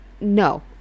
No